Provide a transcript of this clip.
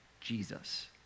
Jesus